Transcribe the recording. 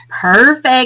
Perfect